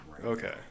Okay